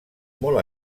molt